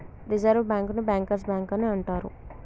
reserve బ్యాంకుని bankers bank అని అంటరు